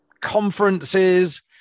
conferences